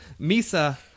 Misa